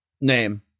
Name